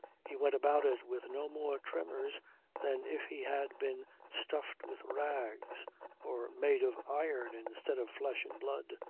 he went about it with no more tremors than if he had been stuffed with rags or made of iron instead of flesh and blood.